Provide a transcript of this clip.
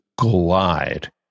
glide